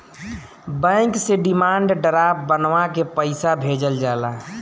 bank से demand draft बनवा के पईसा भेजल जाला